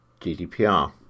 GDPR